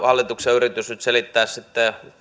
hallituksen yritys nyt selittää sitten